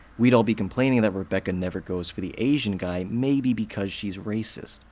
we'd all be complaining that rebecca never goes for the asian guy, maybe because she's racist.